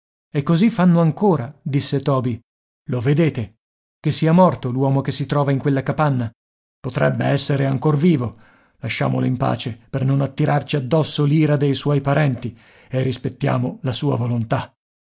e così fanno ancora disse toby lo vedete che sia morto l'uomo che si trova in quella capanna potrebbe essere ancor vivo lasciamolo in pace per non attirarci addosso l'ira dei suoi parenti e rispettiamo la sua volontà